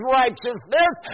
righteousness